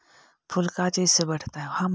फूल का चीज से बढ़ता है?